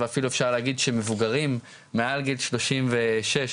ואפילו אפשר להגיד שמבוגרים מעל גיל שלושים ושש,